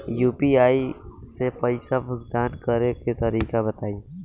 UPI से पईसा भुगतान करे के तरीका बताई?